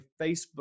Facebook